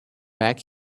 back